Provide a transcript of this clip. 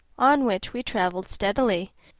on which we traveled steadily,